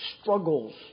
struggles